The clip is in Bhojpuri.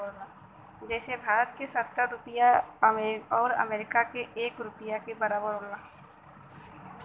जइसे भारत क सत्तर रुपिया आउर अमरीका के एक रुपिया के बराबर हौ